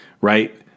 right